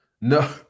No